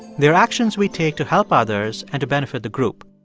they're actions we take to help others and to benefit the group.